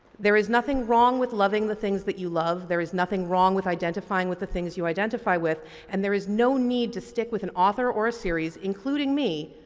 there is nothing wrong with loving the things that you love. there is nothing wrong with identifying with the things you identify with and there is no need to stick with an author or a series, including me,